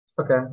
Okay